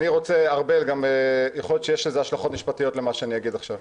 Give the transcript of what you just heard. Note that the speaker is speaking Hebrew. יכול להיות שיש השלכות משפטיות למה שאני אגיד עכשיו.